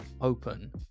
open